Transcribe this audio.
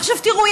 עכשיו תראו,